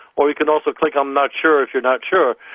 or you can also click on not sure if you're not sure.